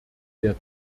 der